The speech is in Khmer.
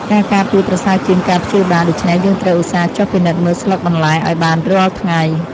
ការការពារប្រសើរជាងការព្យាបាល ដូច្នេះយើងត្រូវឧស្សាហ៍ចុះពិនិត្យមើលស្លឹកបន្លែឱ្យបានរាល់ថ្ងៃ។